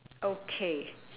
okay